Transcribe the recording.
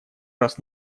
раз